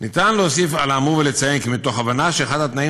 אפשר להוסיף על האמור ולציין כי מתוך הבנה שאחד התנאים